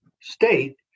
state